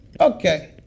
Okay